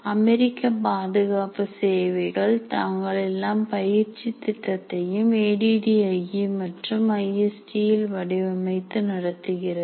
அமெரிக்க பாதுகாப்பு சேவைகள் தங்கள் எல்லாம் பயிற்சி திட்டத்தையும் A D D I E மற்றும் ஐஎஸ் டி ல் வடிவமைத்து நடத்துகிறது